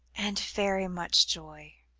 and very much joy,